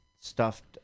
stuffed